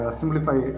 simplify